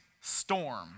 storm